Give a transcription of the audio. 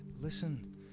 Listen